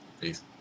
Peace